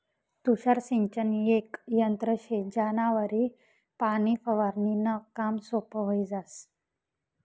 तुषार सिंचन येक यंत्र शे ज्यानावरी पाणी फवारनीनं काम सोपं व्हयी जास